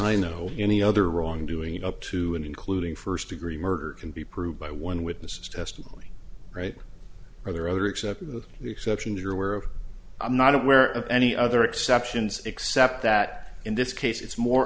i know any other wrongdoing up to and including first degree murder can be proved by one witness's testimony right are there other except with the exception you're aware of i'm not aware of any other exceptions except that in this case it's more